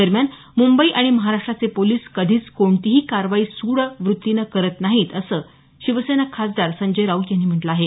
दरम्यान मुंबई आणि महाराष्ट्राचे पोलीस कधीच कोणतीही कारवाई सूड वृत्तीने करत नाहीत असं शिवसेना खासदार संजय राऊत यांनी म्हटलं आहे